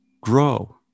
Grow